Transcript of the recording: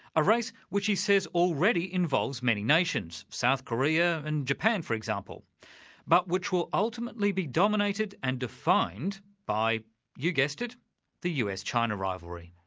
a race, which he says already involves many nations south korea and japan for example but which will ultimately be dominated and defined by you guessed it the us-china rivalry.